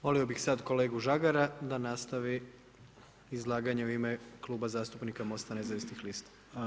Molio bih sad kolegu Žagara da nastavi izlaganje u ime Kluba zastupnika Mosta nezavisnih lista.